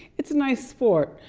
it's a nice sport.